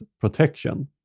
protection